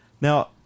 Now